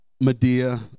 Medea